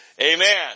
Amen